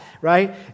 right